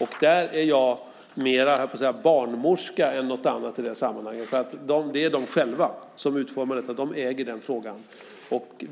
I det sammanhanget är jag så att säga mer barnmorska än något annat. Det är de själva som utformar detta, och de äger den frågan.